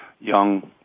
young